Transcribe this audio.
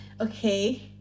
Okay